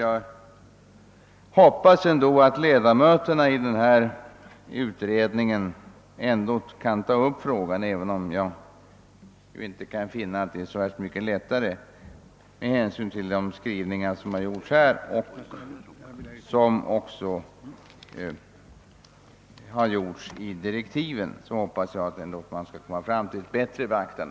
Jag hoppas att ledamöterna av utredningen ändå kan ta upp frågan, även om jag inte kan finna att det blir så värst mycket lättare med hänsyn till de skrivningar som har gjorts i utlåtandet och i direktiven. Men jag hoppas ändå att man skall kunna bättre beakta våra önskemål.